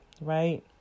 right